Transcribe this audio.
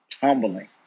tumbling